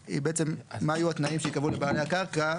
היא בעצם מה יהיו התנאים שייקבעו לבעלי הקרקע